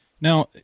Now